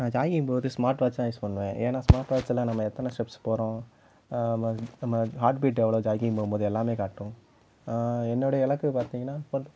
நான் ஜாக்கிங் போகிறதுக்கு smart watch தான் யூஸ் பண்ணுவேன் ஏன்னா ஸ்மார்ட் வாட்ச்சலாம் நம்ம எத்தனை ஸ்டெப்ஸ் போகிறோம் நம்ம நம்ம ஹார்ட் பீட் எவ்வளோ ஜாக்கிங் போகும்போது எல்லாமே காட்டும் என்னோடய இலக்கு பார்த்தீங்கன்னா பத்